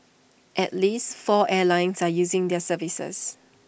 at least four airlines are using their services